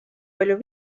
palju